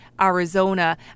Arizona